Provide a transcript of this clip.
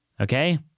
Okay